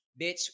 bitch